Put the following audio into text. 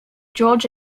george